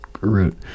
root